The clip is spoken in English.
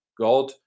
God